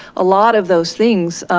a lot of those things,